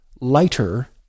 lighter